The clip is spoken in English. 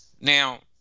Now